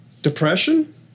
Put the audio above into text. depression